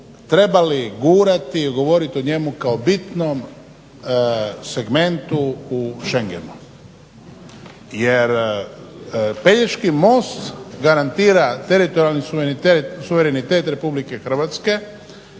trebali gurati i govoriti o njemu kao o bitnom segmentu u šengenu, jer Pelješki most garantira teritorijalni suverenitet RH,